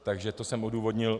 Takže to jsem odůvodnil.